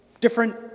different